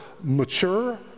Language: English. mature